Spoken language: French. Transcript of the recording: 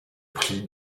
prie